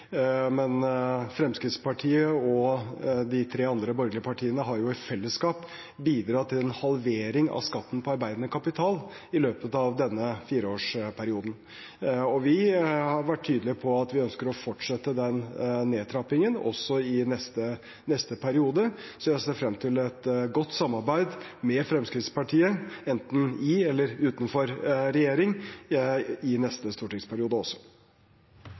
Men Fremskrittspartiet og de tre andre borgerlige partiene har i fellesskap bidratt til en halvering i skatten på arbeidende kapital i løpet av denne fireårsperioden. Vi har vært tydelige på at vi ønsker å fortsette den nedtrappingen også i neste periode, så jeg ser frem til et godt samarbeid med Fremskrittspartiet, enten i eller utenfor regjering, i neste stortingsperiode også.